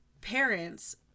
parents